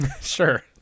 sure